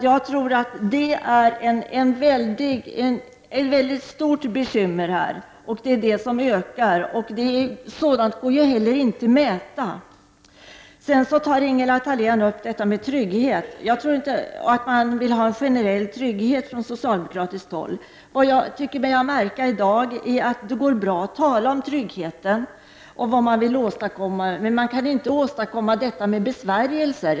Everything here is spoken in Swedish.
Jag tycker att detta är ett stort bekymmer, och det ökar. Sådant går inte heller att mäta. Ingela Thalén tar upp detta med trygghet, men jag tror inte att man vill ha generell trygghet från socialdemokratiskt håll. Det går bra att tala om tryggheten och vad man vill åstadkomma. Men man kan inte åstadkomma detta med besvärjelser.